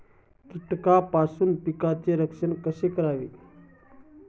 कीटकांपासून पिकांचे संरक्षण कसे करावे?